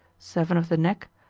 seven of the neck,